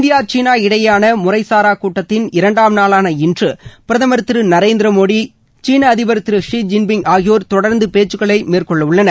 India சீனா இடையேயான முறைசாரா கூட்டத்தின் இரண்டாம் நாளான இன்று பிரதமர் திரு நரேந்திர மோடி சீன அதிபர் திரு ஸி ஜின்பிங் ஆகியோர் தொடர்ந்து பேச்சுகளை மேற்கொள்ள உள்ளனர்